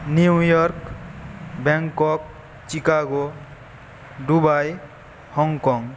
new York Bangkok Chicago Dubai Hong Kong